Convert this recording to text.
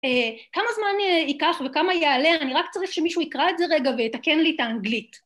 כמה זמן ייקח וכמה יעלה, אני רק צריך שמישהו יקרא את זה רגע ויתקן לי את האנגלית.